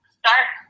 start